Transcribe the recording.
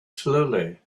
slowly